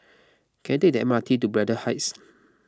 can I take the M R T to Braddell Heights